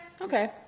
Okay